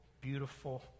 beautiful